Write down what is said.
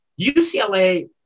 UCLA